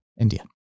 India